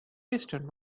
wasted